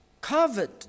covered